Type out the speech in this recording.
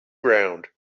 ground